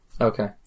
Okay